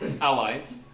allies